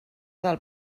del